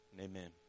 amen